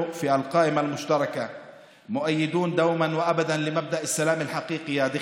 להלן תרגומם: אנחנו ברשימה המשותפת תומכים מאז ומתמיד בעקרון שלום אמת,